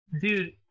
Dude